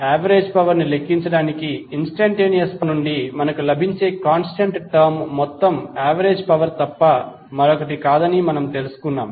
average power ని లెక్కించడానికి instantaneous power నుండి మనకు లభించే కాంస్టెంట్ టర్మ్ మొత్తం యావరేజ్ పవర్ తప్ప మరొకటి కాదని మనము తెలుసుకున్నాము